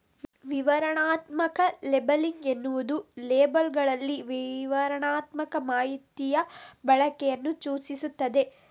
ವಿವರಣಾತ್ಮಕ ಲೇಬಲಿಂಗ್ ಎನ್ನುವುದು ಲೇಬಲ್ಲುಗಳಲ್ಲಿ ವಿವರಣಾತ್ಮಕ ಮಾಹಿತಿಯ ಬಳಕೆಯನ್ನ ಸೂಚಿಸ್ತದೆ